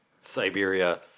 Siberia